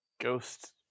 ghost